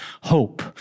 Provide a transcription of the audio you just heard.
hope